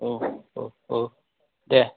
औ औ औ देह